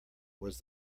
was